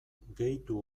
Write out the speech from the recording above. gehitu